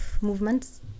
movements